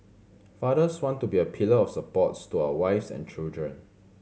fathers want to be a pillar of support to our wives and children